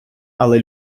але